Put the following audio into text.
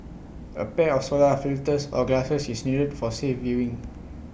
A pair of solar filters or glasses is needed for safe viewing